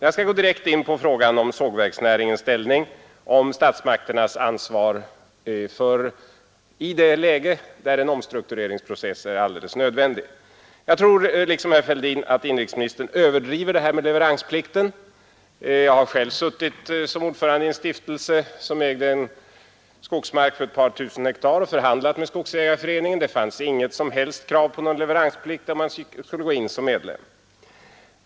Jag skall gå direkt in på frågan om sågverksnäringens ställning och om statsmakternas ansvar i det läge där en omstruktureringsprocess är alldeles nödvändig. Jag tror liksom herr Fälldin att inrikesministern överdriver det här med leveransplikten. Jag har själv suttit som ordförande i en stiftelse som ägde skogsmark på ett par tusen hektar. Och jag har förhandlat med skogsägarföreningen. Det fanns inget som helst krav på leveransplikt när man skulle gå in som medlem.